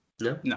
No